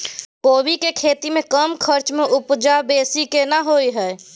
कोबी के खेती में कम खर्च में उपजा बेसी केना होय है?